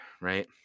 right